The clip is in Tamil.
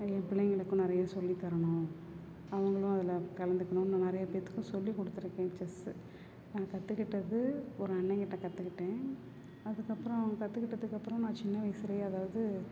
என் பிள்ளைங்களுக்கும் நிறைய சொல்லித் தரணும் அவங்களும் அதில் கலந்துக்கணும் நான் நிறைய பேத்துக்கும் சொல்லிக் கொடுத்துருக்கேன் செஸ்ஸு நான் கற்றுக்கிட்டது ஒரு அண்ணங்கிட்ட கற்றுக்கிட்டேன் அதுக்கப்புறம் கற்றுக்கிட்டதுக்கு அப்புறம் நான் சின்ன வயசுலேயே அதாவது